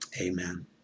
Amen